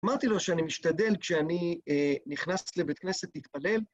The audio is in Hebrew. אמרתי לו שאני משתדל כשאני נכנס לבית כנסת להתפלל.